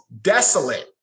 desolate